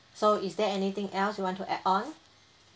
so is there anything else you want to add on